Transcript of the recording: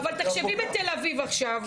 אבל תחשבי בתל אביב עכשיו,